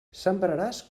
sembraràs